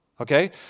Okay